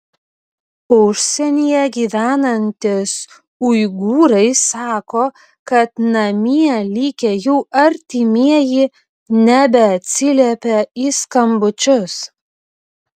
užsienyje gyvenantys uigūrai sako kad namie likę jų artimieji nebeatsiliepia į skambučius